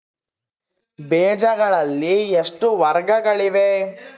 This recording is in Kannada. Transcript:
ಬೇಜಗಳಲ್ಲಿ ಎಷ್ಟು ವರ್ಗಗಳಿವೆ?